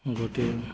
ଗୋଟିଏ